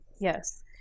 Yes